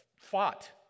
fought